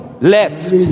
left